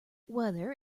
whether